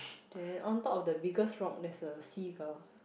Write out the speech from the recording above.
then on top of the biggest rock there's a seagull